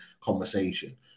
conversation